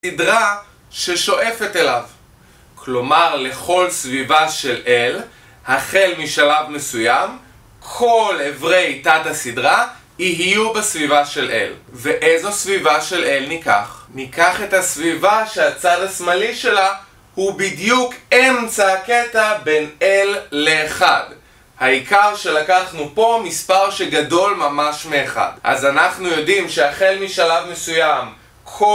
סדרה ששואפת אליו כלומר לכל סביבה של אל החל משלב מסוים כל אברי תת הסדרה יהיו בסביבה של אל ואיזו סביבה של אל ניקח? ניקח את הסביבה שהצד השמאלי שלה הוא בדיוק אמצע הקטע בין אל לאחד העיקר שלקחנו פה מספר שגדול ממש מאחד אז אנחנו יודעים שהחל משלב מסוים